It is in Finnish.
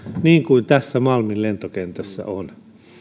niin kuin tässä malmin lentokentässä on